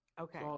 Okay